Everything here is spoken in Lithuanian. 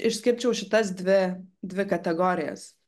išskirčiau šitas dvi dvi kategorijas